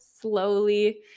slowly